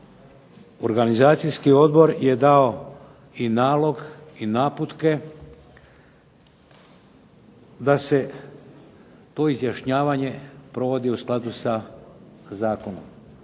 Organizacijski odbor je dao i nalog i naputke da se to izjašnjavanje provodi u skladu sa zakonom.